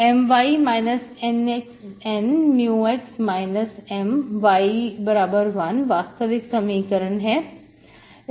My NxN μx M y1 वास्तविक समीकरण है